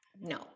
No